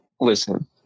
Listen